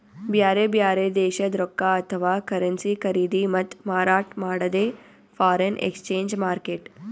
ಬ್ಯಾರೆ ಬ್ಯಾರೆ ದೇಶದ್ದ್ ರೊಕ್ಕಾ ಅಥವಾ ಕರೆನ್ಸಿ ಖರೀದಿ ಮತ್ತ್ ಮಾರಾಟ್ ಮಾಡದೇ ಫಾರೆನ್ ಎಕ್ಸ್ಚೇಂಜ್ ಮಾರ್ಕೆಟ್